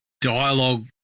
dialogue